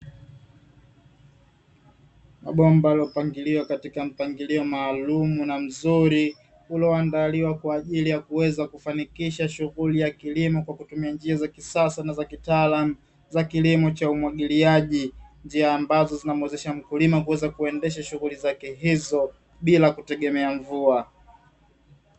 Mabomba yaliyopangiliwa katika mpangilio mzuri ulioandaliwa kwa ajili ya kuweza kufanikisha shughuli ya kilimo kwa kutumia njia za kisasa na za kitaalamu, za kilimo cha umwagiliaji njia ambazo zinamuwezesha mkulima kuweza kuendesha shughuli zake hizo bila kutegemea mvua.